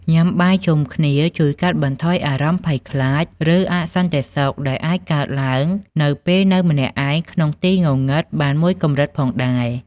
ញាំបាយជុំគ្នាជួយកាត់បន្ថយអារម្មណ៍ភ័យខ្លាច ឬអសន្តិសុខដែលអាចកើតឡើងនៅពេលនៅម្នាក់ឯងក្នុងទីងងឹតបានមួយកម្រិតផងដែរ ។